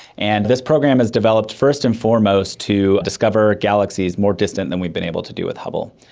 and this program is developed first and foremost to discover galaxies more distant than we've been able to do with hubble.